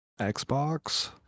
Xbox